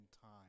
time